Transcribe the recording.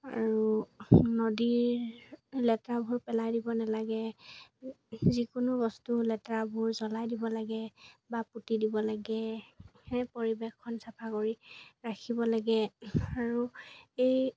আৰু নদীৰ লেতেৰাবোৰ পেলাই দিব নালাগে যিকোনো বস্তু লেতেৰাবোৰ জ্বলাই দিব লাগে বা পুতি দিব লাগে সেই পৰিৱেশখন চাফা কৰি ৰাখিব লাগে আৰু এই